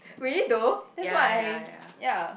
we eat though that's why I ya